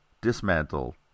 dismantle